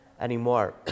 anymore